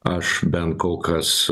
aš ben kol kas